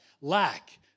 lack